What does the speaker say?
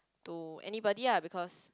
to anybody ah because